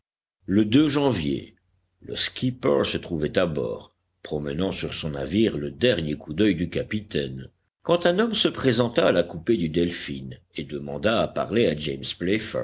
e janvier le skipper se trouvait à bord promenant sur son navire le dernier coup d'œil du capitaine quand un homme se présenta à la coupée du delphin et demanda à parler à james